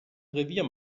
revier